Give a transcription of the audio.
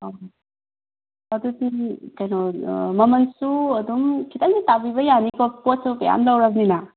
ꯑꯗꯨꯗꯤ ꯀꯩꯅꯣ ꯃꯃꯜꯁꯨ ꯑꯗꯨꯝ ꯈꯤꯇꯪ ꯇꯥꯕꯤꯕ ꯌꯥꯅꯤꯀꯣ ꯄꯣꯠꯁꯨ ꯃꯌꯥꯝ ꯂꯧꯔꯕꯅꯤꯅ